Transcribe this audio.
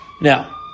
Now